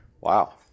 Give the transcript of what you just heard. Wow